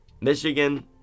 Michigan